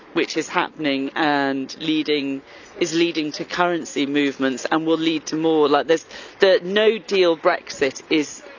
which is happening and leading is leading to currency movements and will lead to more like there's the no deal brexit is,